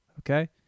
okay